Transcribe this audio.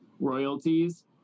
royalties